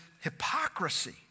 hypocrisy